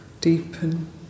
deepen